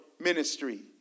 ministry